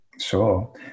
Sure